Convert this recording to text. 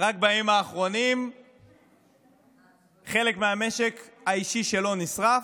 ורק בימים האחרונים חלק מהמשק האישי שלו נשרף.